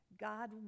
God